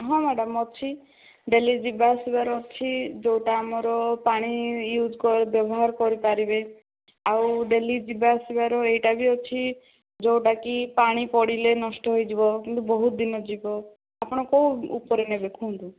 ହଁ ମ୍ୟାଡ଼ାମ ଅଛି ଡେଲି ଯିବା ଆସିବା ର ଅଛି ଯେଉଁଟା ଆମର ପାଣି ୟୁଜ୍ ବ୍ୟବହାର କରିପାରିବେ ଆଉ ଡେଲି ଯିବା ଆସିବାର ଏଇଟା ବି ଅଛି ଯେଉଁଟା କି ପାଣି ପଡ଼ିଲେ ନଷ୍ଟ ହେଇଯିବ କିନ୍ତୁ ବହୁତ ଦିନ ଯିବ ଆପଣ କେଉଁ ଉପରେ ନେବେ କୁହନ୍ତୁ